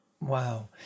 Wow